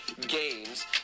games